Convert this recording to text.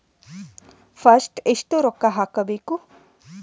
First ಎಷ್ಟು ರೊಕ್ಕ ಹಾಕಬೇಕು?